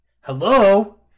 Hello